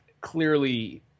clearly